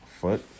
foot